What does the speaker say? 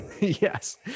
yes